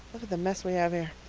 the mess we have here.